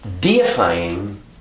deifying